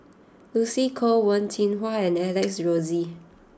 Lucy Koh Wen Jinhua and Alex Josey